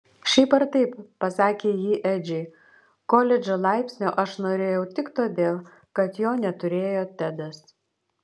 šiaip ar taip pasakė ji edžiui koledžo laipsnio aš norėjau tik todėl kad jo neturėjo tedas